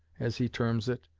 as he terms it,